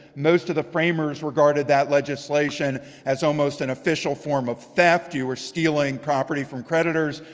most of the framers regarded that legislation as almost an official form of theft. you were stealing property from creditors,